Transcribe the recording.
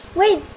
wait